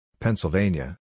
Pennsylvania